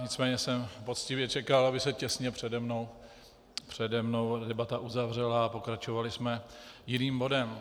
Nicméně jsem poctivě čekal, aby se těsně přede mnou debata uzavřela, a pokračovali jsme jiným bodem.